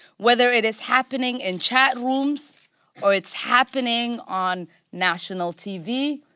whether it is happening in chatrooms or it's happening on national tv.